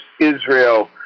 Israel